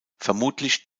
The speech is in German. vermutlich